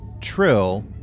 Trill